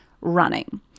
running